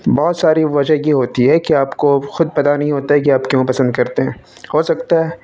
بہت ساری وجہ یہ ہوتی ہے کہ آپ کو خود پتہ نہیں ہوتا ہے کہ آپ کیوں پسند کرتے ہیں ہو سکتا ہے